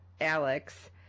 Alex